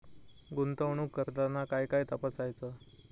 गुंतवणूक करताना काय काय तपासायच?